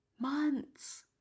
months